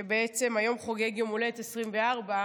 שבעצם היום חוגג יום הולדת 24,